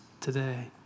today